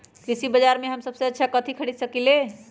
कृषि बाजर में हम सबसे अच्छा कथि खरीद सकींले?